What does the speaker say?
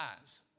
eyes